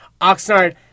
Oxnard